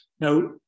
Now